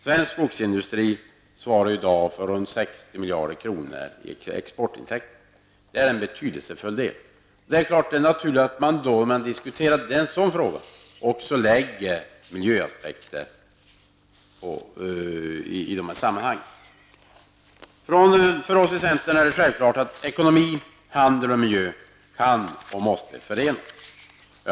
Svensk skogsindustri svarar i dag för 60 miljarder i exportintäkter, och det är en betydelsefull andel. Det är naturligt att man, när den frågan diskuteras, också anlägger miljöaspekter i de här sammanhangen. För oss i centern är det en självklarhet att ekonomi, handel och miljö kan, och måste, förenas.